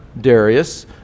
Darius